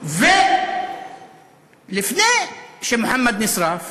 לפני שמוחמד נשרף,